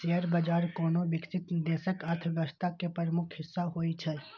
share बाजार कोनो विकसित देशक अर्थव्यवस्था के प्रमुख हिस्सा होइ छै